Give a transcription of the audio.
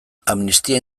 amnistia